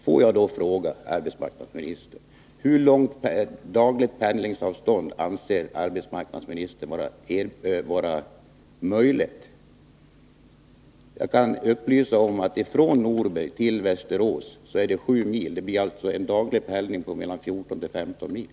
Får jag då fråga arbetsmarknadsministern: Hur långt dagligt pendlingsavstånd anser arbetsmarknadsministern vara möjligt? Jag kan upplysa om att det från Norberg till Västerås är 7 mil. Det blir alltså en daglig pendling på mellan 14 och 15 mil.